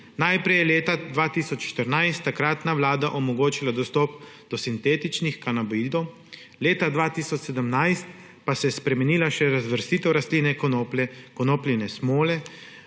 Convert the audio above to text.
Najprej je leta 2014 takratna vlada omogočila dostop do sintetičnih kanabinoidov, leta 2017 pa se je spremenila še razvrstitev rastline konoplje, konopljine smole